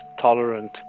tolerant